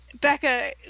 becca